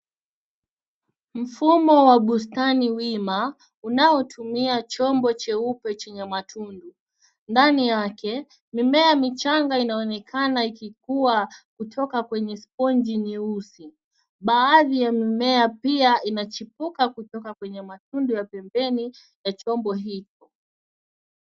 Mfumo wa bustani wina unaotumia chombo cheupe chenye matundu. Ndani yake mimea michanga inaonekana ikikua kutoka kwenye sponji nyeusi. Baadhi ya mimea pia inachipuka kutoka kwenye matundu ya pembeni ya chombo hiki.